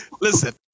Listen